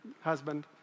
husband